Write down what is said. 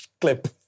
clip